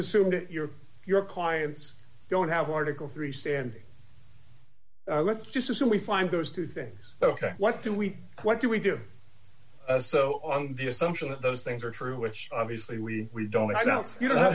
assumed it your your clients don't have article three standing let's just assume we find those two things ok what do we what do we do so on the assumption that those things are true which obviously we we don't i don't you know